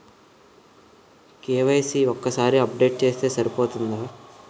KYC ని ఒక్కసారి update చేస్తే సరిపోతుందా?